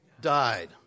died